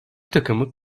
takımı